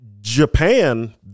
Japan